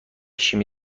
شیمی